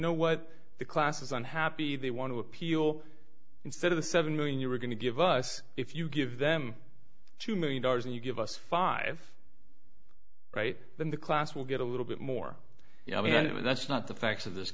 know what the class is unhappy they want to appeal instead of the seven million you we're going to give us if you give them two million dollars and you give us five right then the class will get a little bit more you know i mean that's not the facts of this